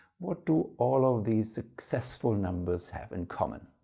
what do all of these successful numbers have in common?